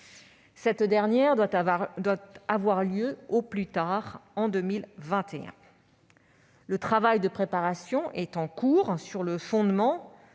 Cette dernière doit avoir lieu au plus tard en 2021. Le travail de préparation est en cours sur le fondement